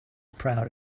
proud